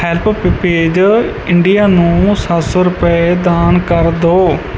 help page India ਨੂੰ ਸੱਤ ਸੌ ਰੁਪਏ ਦਾਨ ਕਰ ਦਿਓ